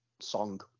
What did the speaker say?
song